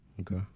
Okay